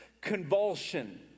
convulsion